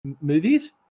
movies